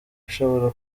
ishobora